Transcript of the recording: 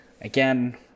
Again